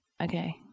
okay